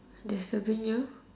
disturbing you